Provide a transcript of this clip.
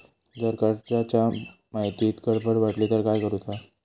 जर कर्जाच्या माहितीत गडबड वाटली तर काय करुचा?